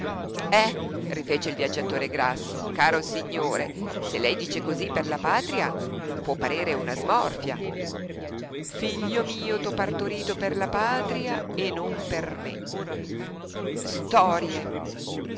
eh rifece il viaggiatore grasso caro signore se lei dice così per la patria può parere una smorfia figlio mio t'ho partorito per la patria e non per me storie